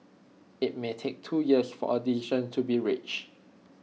IT may take two years for A decision to be reached